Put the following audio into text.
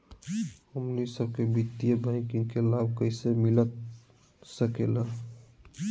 हमनी सबके वित्तीय बैंकिंग के लाभ कैसे मिलता सके ला?